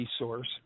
resource